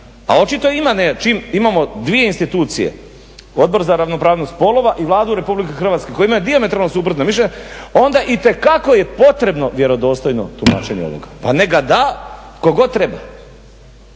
čim imamo dvije institucije, Odbor za ravnopravnost spolova i Vladu RH koji imaju dijametralno suprotna mišljenja onda itekako je potrebno vjerodostojno tumačenje ovog. Pa nek ga da tko god treba.